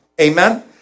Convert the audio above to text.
Amen